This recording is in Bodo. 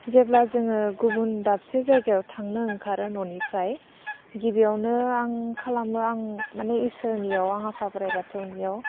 जेब्ला जोङो गुबुन दाबसे जायगायाव थांनो ओंखारो न'निफ्राय गिबियावनो आं खालामो आं माने इसोरनियाव आं आफा बोराय बाथौनियाव